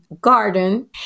garden